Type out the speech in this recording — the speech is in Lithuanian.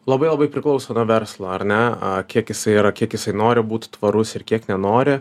labai labai priklauso nuo verslo ar ne kiek jisai yra kiek jisai nori būt tvarus ir kiek nenori